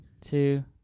two